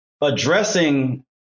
addressing